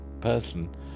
person